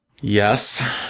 Yes